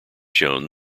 shown